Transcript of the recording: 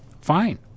Fine